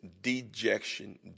dejection